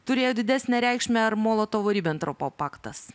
turėjo didesnę reikšmę ar molotovo ribentropo paktas